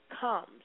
comes